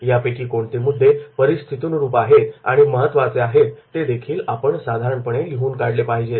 यापैकी कोणते मुद्दे परिस्थितीनुरूप आहेत आणि महत्त्वाचे आहेत ते देखील आपण साधारणपणे लिहून काढले पाहिजेत